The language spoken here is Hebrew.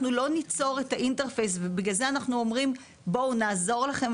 לא ניצור את האינטרספייס ונעזור להם,